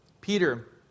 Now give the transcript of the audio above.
Peter